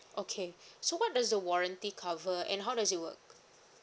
okay so what does the warranty cover and how does it work